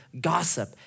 gossip